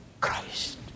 Christ